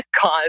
cause